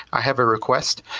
i have a request,